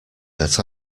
that